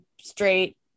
straight